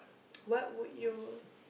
what would you